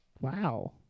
Wow